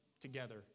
together